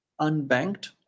unbanked